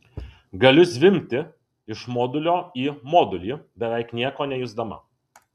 galiu zvimbti iš modulio į modulį beveik nieko nejusdama